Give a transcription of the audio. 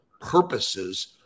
purposes